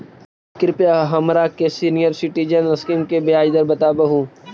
कृपा हमरा के सीनियर सिटीजन स्कीम के ब्याज दर बतावहुं